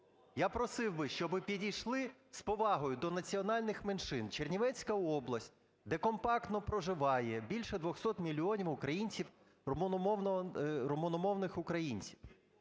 Я просив би, щоб підійшли з повагою до національних меншин. Чернівецька область, де компактно проживає більше 200 мільйонів українців, румуномовних українців,